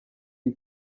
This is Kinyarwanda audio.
iyi